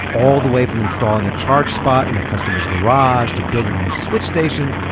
all the way from installing a charge spot in a customer's garage to building a new switch station,